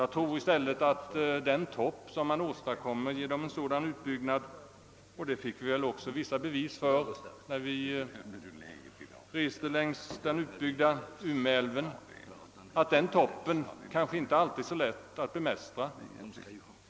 Jag tror i stället att den topp som man åstadkommer genom en sådan utbyggnad — något som vi också fick vissa belägg för när vi reste längs den utbyggda Umeälven — inte alltid är så lätt att bemästra.